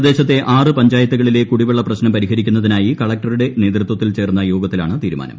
പ്രദേശത്തെ ആറ് പഞ്ചായത്തുകളിലെ കൂടിപ്പെള്ള പ്രശ്നം പരിഹരിക്കുന്നതിനായി കളക്ടറുടെ നേതൃത്വത്തിൽ ചേർന്ന യോഗത്തിലാണ് തീരുമാനം